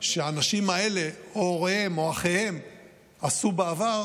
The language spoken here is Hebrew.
שהאנשים האלה או הוריהם או אחיהם עשו בעבר,